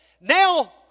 Now